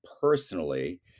personally